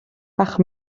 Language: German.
ach